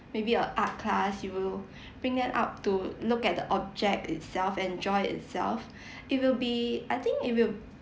maybe a art class you will bring them out to look at the object itself and draw it itself it will be I think it will